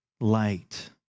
light